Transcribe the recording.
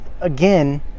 again